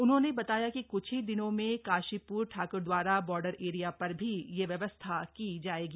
उन्होंने बताया कि क्छ ही दिनों में काशीप्र ठाक्रद्वारा बॉर्डर एरिया पर भी यह व्यवस्था की जाएगी